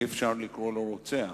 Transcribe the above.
אי-אפשר לקרוא לו "רוצח",